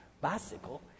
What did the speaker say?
bicycle